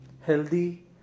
healthy